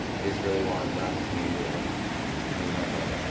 i just really want the opportunity to prove myself.